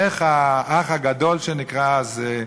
איך "האח הגדול" שנקרא אז,